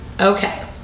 Okay